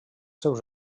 seus